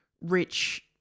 rich